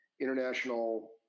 international